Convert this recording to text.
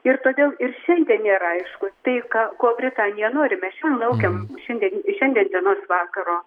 ir todėl ir šiandien nėra aišku tai ką ko britanija nori mes šiandien laukiam šiandien šiandien dienos vakaro